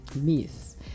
miss